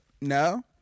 No